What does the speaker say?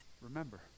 Remember